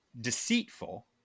deceitful